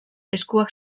eskuak